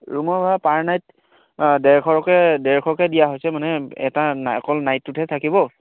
ৰুমৰ ভাড়া per night ডেৰশকৈ ডেৰশকৈ দিয়া হৈছে মানে এটা অকল নাইটটোতহে থাকিব